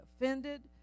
offended